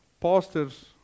pastors